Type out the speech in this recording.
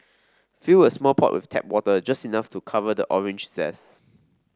fill a small pot with tap water just enough to cover the orange zest